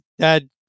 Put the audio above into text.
dad